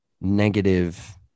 negative